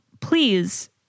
Please